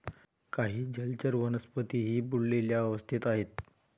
काही जलचर वनस्पतीही बुडलेल्या अवस्थेत आहेत